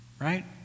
Right